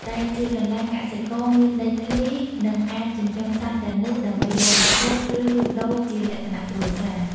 ដែលជាកន្លែងកសិករមានដីធ្លី និងអាចចិញ្ចឹមសត្វទាំងនោះដើម្បីបរិភោគ ឬលក់ដូរជាលក្ខណៈគ្រួសារ។